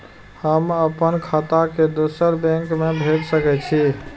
हम आपन खाता के दोसर बैंक में भेज सके छी?